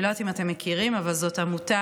אני לא יודעת אם אתם מכירים, זו עמותה